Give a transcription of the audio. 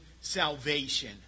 Salvation